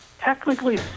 Technically